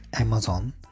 Amazon